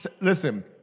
Listen